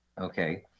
okay